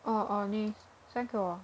orh orh 你 send 给我